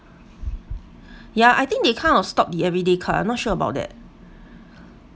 yeah I think they kind of stopped the everyday card I'm not sure about that